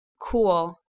Cool